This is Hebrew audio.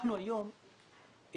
אנחנו היום גם